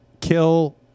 Kill